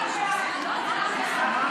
שמית.